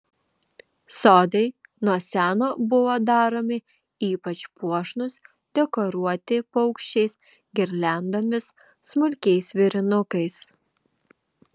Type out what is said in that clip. sodai nuo seno buvo daromi ypač puošnūs dekoruoti paukščiais girliandomis smulkiais vėrinukais